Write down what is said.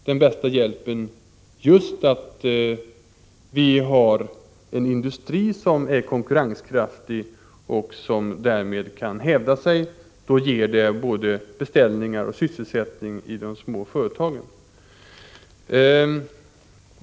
Den bästa hjälpen är att vi har en konkurrenskraftig industri, som ger beställningar och sysselsättning åt de små företagen.